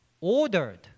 ordered